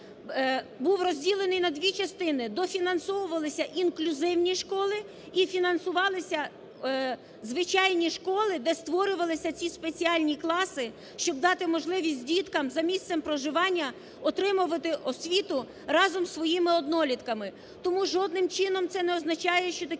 був розділений на дві частини, дофінансовувалися інклюзивні школи і фінансувалися звичайні школи, де створювалися ці спеціальні класи, щоб дати можливість діткам, за місцем проживання, отримувати освіту разом з своїми однолітками тому жодним чином це не означає, що такі